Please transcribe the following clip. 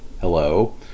Hello